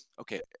Okay